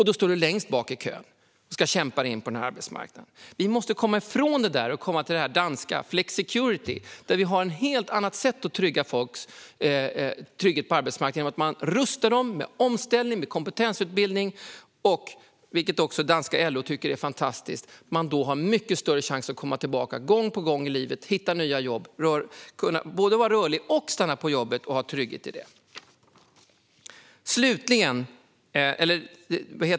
Då står du längst bak i kön och ska kämpa dig tillbaka in på arbetsmarknaden. Vi måste komma ifrån det där och komma till det som i Danmark kallas för flexicurity. Där har man ett helt annat sätt att trygga folks plats på arbetsmarknaden genom att man rustar dem för omställning med kompetensutbildning. Folk har då, vilket danska LO tycker är fantastiskt, mycket större chans att komma tillbaka gång på gång i livet och hitta nya jobb och både kunna vara rörliga och stanna på jobbet och ha trygghet i det.